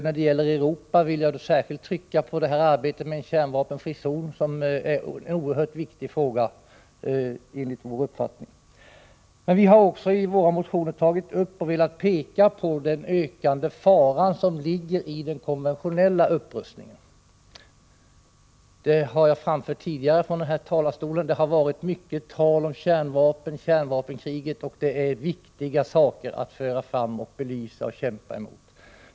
När det gäller Europa vill jag särskilt trycka på arbetet med en kärnvapenfri zon, en fråga som enligt vår uppfattning är oerhört viktig. Vi har också i våra motioner tagit upp och velat peka på den ökande fara som ligger i den konventionella upprustningen, något som jag även tidigare har framfört i den här talarstolen. Det har varit mycket tal om kärnvapen och om kärnvapenkriget, och det är viktiga saker att belysa och kämpa emot.